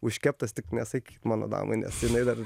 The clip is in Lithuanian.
užkeptas tik nesakyk mano damai nes jinai dar